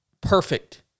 perfect